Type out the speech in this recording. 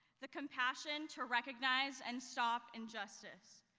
the compassion to recognize and stop injustice.